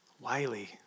Wiley